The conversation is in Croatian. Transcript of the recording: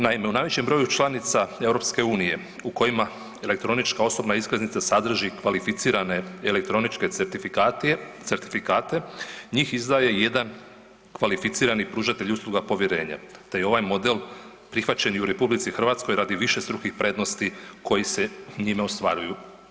Naime, u najvećem broju članica EU u kojima elektronička osobna iskaznica sadrži kvalificirane elektroničke certifikate njih izdaje jedan kvalificirani pružatelj usluga povjerenjem te je ovaj model prihvaćen i u RH radi višestrukih prednosti koji se njime ostvaruju.